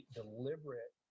deliberate